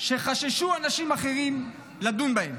שחששו אנשים אחרים לדון בהם.